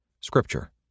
Scripture